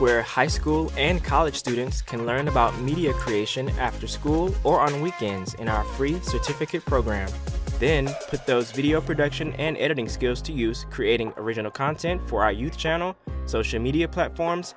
where high school and college students can learn about media creation after school or on weekends in our free to typical program then put those video production and editing skills to use creating original content for our youth channel social media platforms